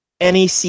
NEC